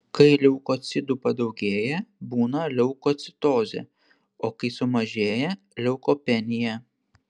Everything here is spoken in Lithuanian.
kai leukocitų padaugėja būna leukocitozė o kai sumažėja leukopenija